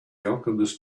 alchemist